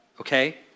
Okay